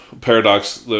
paradox